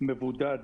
מבודד,